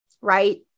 right